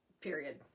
period